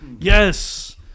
Yes